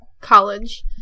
college